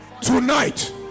Tonight